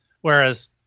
Whereas